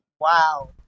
wow